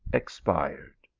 expired.